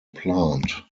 plant